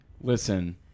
Listen